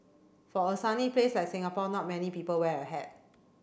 for a sunny place like Singapore not many people wear a hat